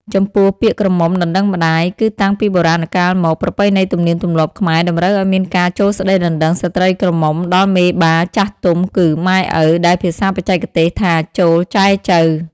ចំពោះ ពាក្យក្រមុំដណ្ដឹងម្ដាយ គឺ តាំងពីបុរាណកាលមក ប្រពៃណីទំនៀមទម្លាប់ខ្មែរតម្រូវឲ្យមានការចូលស្ដីដណ្ដឹងស្ត្រីក្រមុំដល់មេបាចាស់ទុំគឺ ម៉ែ‑ឪ ដែលភាសាបច្ចេកទេសថាចូល «ចែចូវ» ។